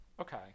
okay